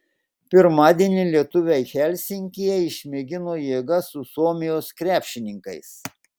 pirmadienį lietuviai helsinkyje išmėgino jėgas su suomijos krepšininkais